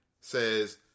says